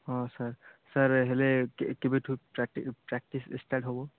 ହଁ sir sir ହେଲେ କେବେଠୁ ପ୍ରାକ୍ଟିସ୍ ପ୍ରାକ୍ଟିସ୍ ଷ୍ଟାର୍ଟ ହେବ